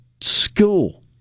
school